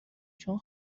چون